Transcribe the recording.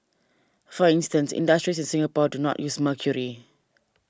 for instance industries in Singapore do not use mercury